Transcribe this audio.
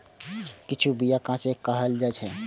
किछु बीया कांचे खाएल जाइ छै